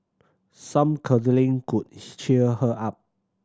some cuddling could cheer her up